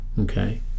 Okay